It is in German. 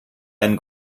einen